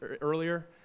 earlier